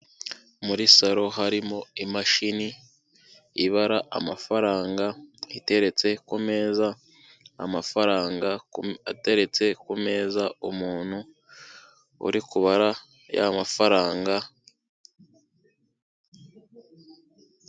Muri saro harimo imashini, ibara amafaranga, iteretse ku meza. Amafaranga kume ateretse ku meza umuntu, uri kubara ya mafaranga.